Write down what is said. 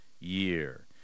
year